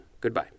Goodbye